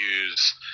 use